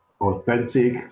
authentic